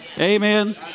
Amen